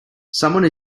someone